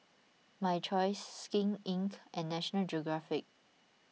My Choice Skin Inc and National Geographic